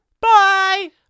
Bye